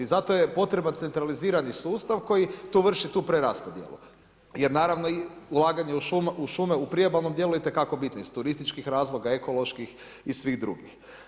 I zato je potreban centralizirani sustav koji vrši tu preraspodjelu jer naravno ulaganje u šume u priobalnom djelu je itekako bitno, iz turističkih razloga, ekoloških i svih drugih.